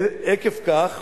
ועקב כך